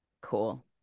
Cool